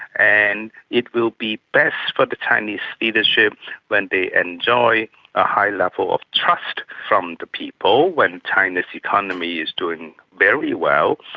and it will be best for the chinese leadership when they enjoy a high level of trust from the people, when china's economy is doing very well,